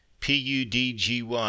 PUDGY